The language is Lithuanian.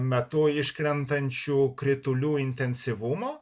metu iškrentančių kritulių intensyvumo